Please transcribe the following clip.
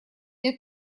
мне